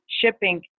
shipping